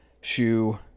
shoe